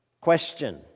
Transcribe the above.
Question